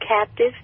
captive